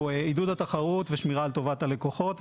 הוא עידוד התחרות ושמירה על טובת הלקוחות.